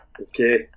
Okay